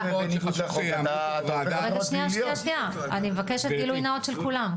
שנייה, אני מבקשת גילוי נאות של כולם.